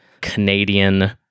Canadian